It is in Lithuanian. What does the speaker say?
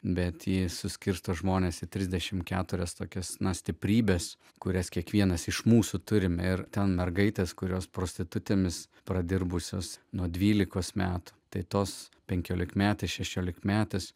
bet ji suskirsto žmones į trisdešim keturias tokias na stiprybės kurias kiekvienas iš mūsų turime ir ten mergaites kurios prostitutėmis pradirbusios nuo dvylikos metų tai tos penkiolikmetės šešiolikmetės